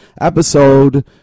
episode